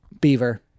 Beaver